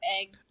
egg